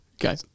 Okay